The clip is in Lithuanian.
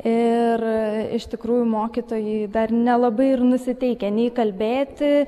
ir iš tikrųjų mokytojai dar nelabai ir nusiteikę nei kalbėti